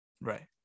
Right